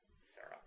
Sarah